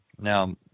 Now